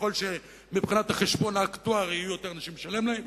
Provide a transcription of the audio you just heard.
וככל שמבחינת החשבון האקטוארי יהיו יותר אנשים לשלם להם,